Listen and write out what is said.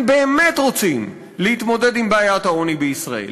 אם באמת רוצים להתמודד עם בעיית העוני בישראל,